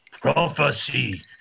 Prophecy